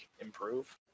improve